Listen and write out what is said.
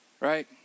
Right